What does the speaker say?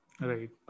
Right